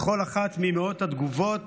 בכל אחת ממאות התגובות